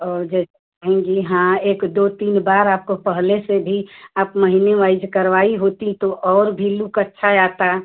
और जे कहेंगी हाँ एक दो तीन बार आपको पहले से भी आप महीने वाइज करवाई होतीं तो और भी लुक अच्छा आता